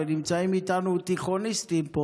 ונמצאים איתנו פה תיכוניסטים.